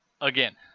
again